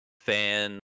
fan